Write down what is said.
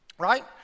Right